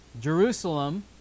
Jerusalem